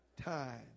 time